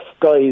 guys